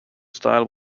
style